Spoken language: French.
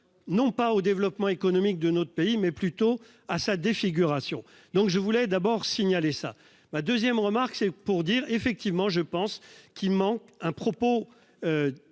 Non pas au développement économique de notre pays, mais plutôt à sa défiguration. Donc je voulais d'abord signalé ça ma 2ème remarque c'est pour dire effectivement je pense qu'il manque un propos.